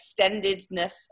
extendedness